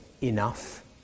enough